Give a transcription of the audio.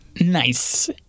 Nice